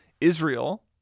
Israel